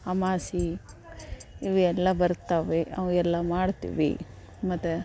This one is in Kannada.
ಅಮಾಸೆ ಇವೆಲ್ಲ ಬರ್ತವೆ ಅವು ಎಲ್ಲ ಮಾಡ್ತೀವಿ ಮತ್ತು